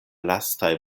lastaj